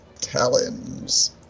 Talons